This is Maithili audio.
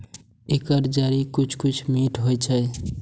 एकर जड़ि किछु किछु मीठ होइ छै